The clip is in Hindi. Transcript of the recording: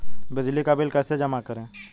बिजली का बिल कैसे जमा करें?